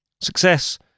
success